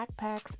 backpacks